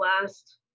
last